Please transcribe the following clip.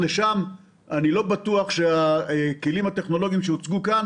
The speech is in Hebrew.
ואני לא בטוח שהכלים הטכנולוגיים שהוצגו כאן